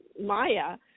maya